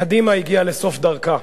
קדימה הגיעה לסוף דרכה.